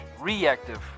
reactive